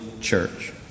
church